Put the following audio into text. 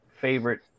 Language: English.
favorite